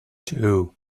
two